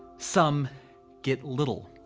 some get little.